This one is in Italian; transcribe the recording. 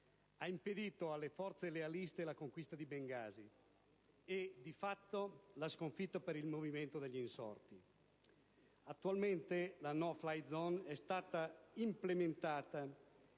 ha impedito alle forze lealiste la conquista di Bengasi e di fatto la sconfitta per il movimento degli insorti. Attualmente la *no fly zone* è stata implementata